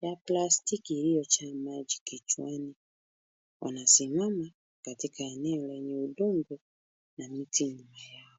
ya plastiki iliyojaa maji kichwani. Wanasimama katika eneo lenye udongo na miti nyuma yao.